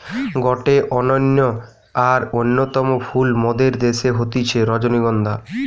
গটে অনন্য আর অন্যতম ফুল মোদের দ্যাশে হতিছে রজনীগন্ধা